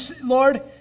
Lord